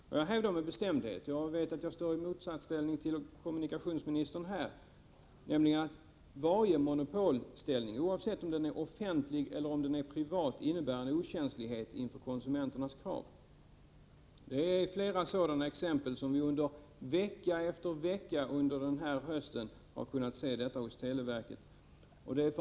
Jag hävdar med bestämdhet — jag vet att jag i det avseendet står i motsatsställning till kommunikationsministern — att varje monopolställning, oavsett om den är offentlig eller om den är privat, innebär okänslighet inför konsumenternas krav. Vi har vecka efter vecka under den här hösten kunnat se exempel på det när det gäller televerket.